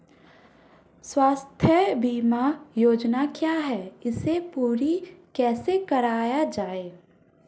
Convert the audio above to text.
स्वास्थ्य बीमा योजना क्या है इसे पूरी कैसे कराया जाए?